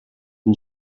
den